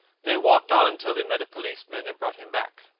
they walked on till they met a policeman and brought him back.